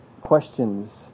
questions